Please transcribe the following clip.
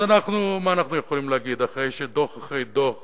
אז מה אנחנו יכולים להגיד אחרי שדוח אחרי דוח